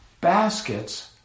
baskets